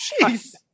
jeez